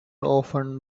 often